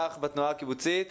הדבר